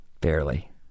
Barely